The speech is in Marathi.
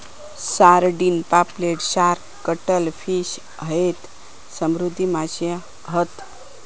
सारडिन, पापलेट, शार्क, कटल फिश हयते समुद्री माशे हत